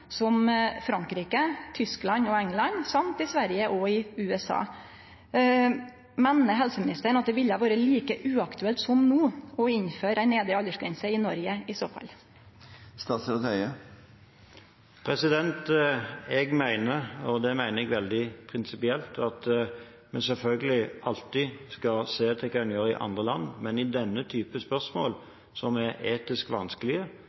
som Frankrike, Tyskland og England samt i Sverige og USA. Meiner helseministeren at det ville ha vore like uaktuelt som no å innføre ei nedre aldersgrense i Noreg i så fall? Jeg mener – og det mener jeg veldig prinsipielt – at vi selvfølgelig alltid skal se til hva en gjør i andre land, men i denne typen spørsmål som er etisk vanskelige,